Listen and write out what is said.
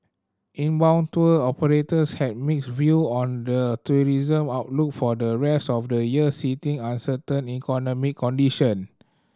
inbound tour operators had mixed view on the tourism outlook for the rest of the year citing uncertain economic condition